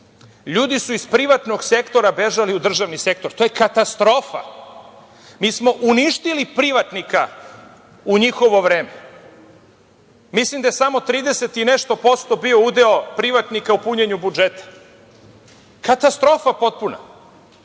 ljudi su iz privatnog sektora bežali u državni sektor. To je katastrofa. Mi smo uništili privatnika u njihovo vreme. Mislim da je samo 30 i nešto posto bio udeo privatnika u punjenju budžeta. Potpuna